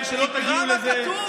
גרמה לזה שבאופן אוטומטי,